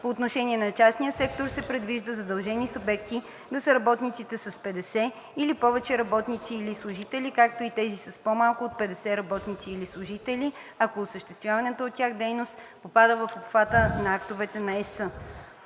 По отношение на частния сектор се предвижда задължени субекти да са работодателите с 50 или повече работници или служители, както и тези с по-малко от 50 работници или служители, ако осъществяваната от тях дейност попада в обхвата на актовете на ЕС.